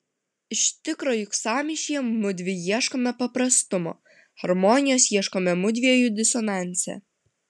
iš tikro juk sąmyšyje mudvi ieškome paprastumo harmonijos ieškome mudviejų disonanse